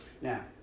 Now